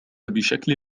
بشكل